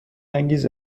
انگیز